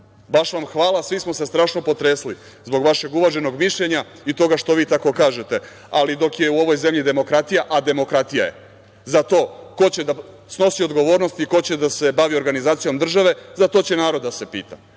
Baš vam hvala, svi smo se strašno potresli zbog uvaženog mišljenja i toga što vi tako kažete. Ali, dok je u ovoj zemlji demokratija, a demokratija je, za to ko će da snosi odgovornost i ko će da se bavi organizacijom države zato će narod da se pita.